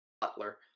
Butler